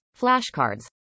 flashcards